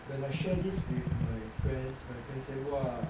when I share this with my friends my friend say !wah!